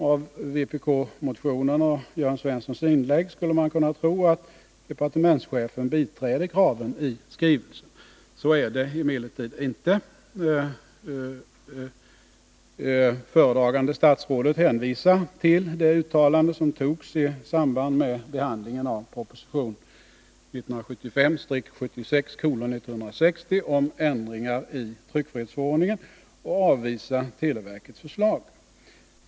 Av vpk-motionen och Jörn Svenssons inlägg skulle man kunna tro att departementschefen biträder kraven i skrivelsen. Så är det emellertid inte. Föredragande statsrådet hänvisar till det uttalande som antogs i samband med behandlingen av proposition 1975/76:160 om ändringar i tryckfrihetsförordningen och avvisar televerkets förslag.